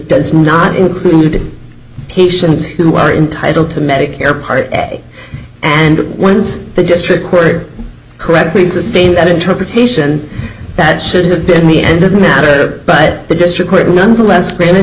does not include patients who are entitle to medicare part and once the district court correctly sustained that interpretation that should have been the end of the matter but the district court nonetheless granted